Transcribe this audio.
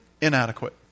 inadequate